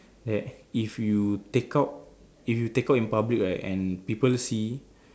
that if you take out if you take out in public right and people see